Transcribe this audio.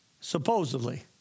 supposedly